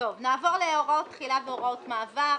נעבור להוראות תחילה והוראות מעבר.